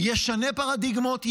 ישנה פרדיגמות,